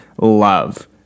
love